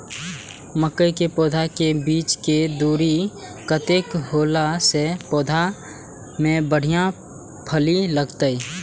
मके के पौधा के बीच के दूरी कतेक होला से पौधा में बढ़िया फली लगते?